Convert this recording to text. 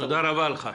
תודה רבה לך.